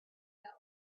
held